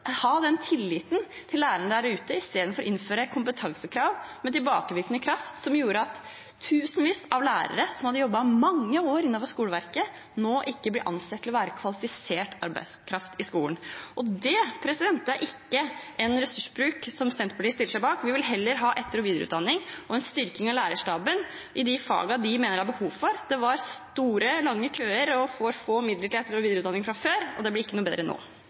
til lærerne der ute – i stedet for å innføre kompetansekrav med tilbakevirkende kraft, som gjør at tusenvis av lærere som har jobbet mange år innenfor skoleverket, nå ikke blir ansett å være kvalifisert arbeidskraft i skolen. Det er ikke en ressursbruk som Senterpartiet stiller seg bak. Vi vil heller ha etter- og videreutdanning og en styrking av lærerstaben i de fagene de mener det er behov for det. Det var lange køer og få midler til etter- og videreutdanning fra før, og det blir ikke noe bedre nå.